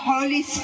Holy